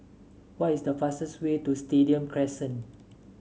what is the fastest way to Stadium Crescent